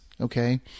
okay